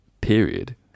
period